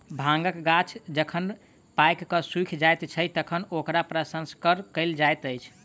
भांगक गाछ जखन पाइक क सुइख जाइत छै, तखन ओकरा प्रसंस्करण कयल जाइत अछि